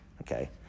Okay